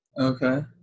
Okay